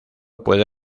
puede